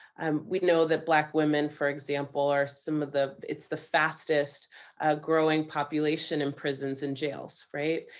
um, we know that black women, for example, are some of the it's the fastest growing population in prisons and jails, right?